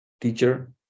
teacher